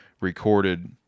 recorded